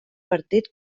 partit